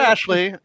Ashley